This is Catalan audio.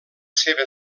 seva